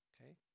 Okay